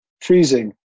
freezing